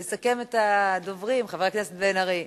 אז יסכם את הדוברים חבר הכנסת בן-ארי.